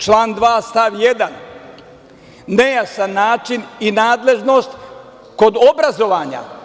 Član 2. stav 1. nejasan način i nadležnost kod obrazovanja.